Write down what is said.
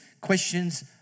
questions